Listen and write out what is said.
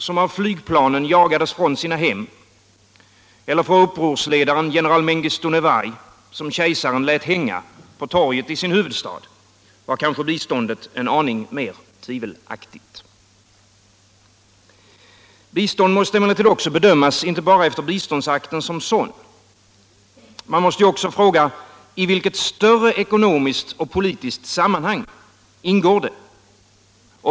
som av flygplanen jagades från sina hem, eller för upprorsledaren general Mengistu Neway, som kejsaren lät hänga på torget i sin huvudstad, var kanske biståndet en aning mer tvivelaktigt. Bistånd måste emellertid bedömas inte bara efter biståndsakten som sådan. Man måste också fråga: I vilket större ekonomiskt och politiskt sammanhang ingår det?